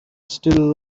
still